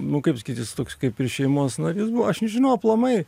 nu kaip pasakyt jis toks kaip ir šeimos narys buvo aš nežinau aplamai